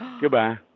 Goodbye